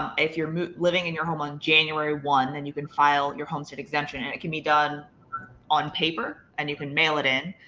if you're living in your home on january one, then you can file your homestead exemption. and it can be done on paper and you can mail it in,